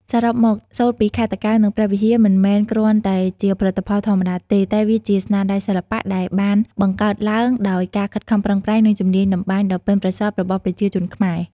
សរុបមក សូត្រពីខេត្តតាកែវ និងព្រះវិហារ មិនមែនគ្រាន់តែជាផលិតផលធម្មតាទេ តែវាជាស្នាដៃសិល្បៈដែលបានបង្កើតឡើងដោយការខិតខំប្រឹងប្រែង និងជំនាញតម្បាញដ៏ប៉ិនប្រសប់របស់ប្រជាជនខ្មែរ។